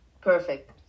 Perfect